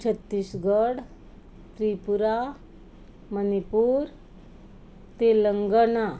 Chhattisgarh Tripura Manipur Telangana